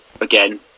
again